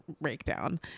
breakdown